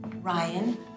Ryan